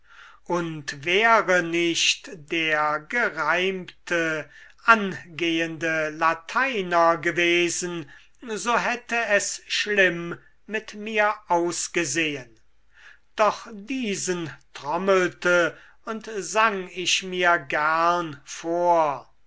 und wäre nicht der gereimte angehende lateiner gewesen so hätte es schlimm mit mir ausgesehen doch diesen trommelte und sang ich mir gern vor